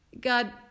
God